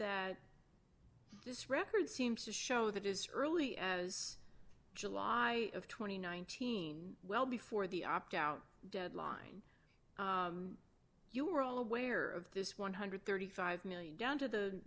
that this record seems to show that is early as july of two thousand and nineteen well before the opt out deadline you were all aware of this one hundred and thirty five million down to the